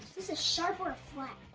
a sharp or a flat?